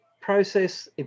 process